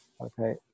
Okay